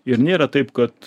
ir nėra taip kad